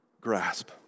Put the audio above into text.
grasp